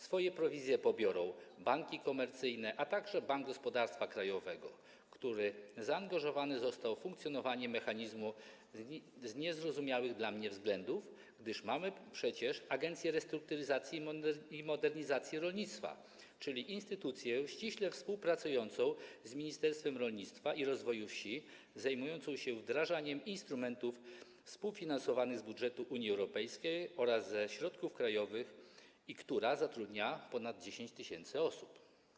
Swoje prowizje pobiorą banki komercyjne, a także Bank Gospodarstwa Krajowego, który zaangażowany został w funkcjonowanie mechanizmu z niezrozumiałych dla mnie względów, gdyż mamy przecież Agencję Restrukturyzacji i Modernizacji Rolnictwa, czyli instytucję ściśle współpracującą z Ministerstwem Rolnictwa i Rozwoju Wsi, zajmującą się wdrażaniem instrumentów współfinansowanych z budżetu Unii Europejskiej oraz ze środków krajowych i która zatrudnia ponad 10 tys. osób.